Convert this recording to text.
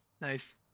Nice